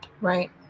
Right